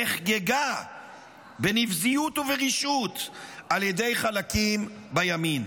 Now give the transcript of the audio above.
נחגגה בנבזיות וברשעות על ידי חלקים בימין.